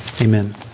amen